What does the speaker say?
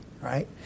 right